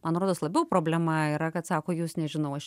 man rodos labiau problema yra kad sako jūs nežinau aš